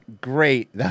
Great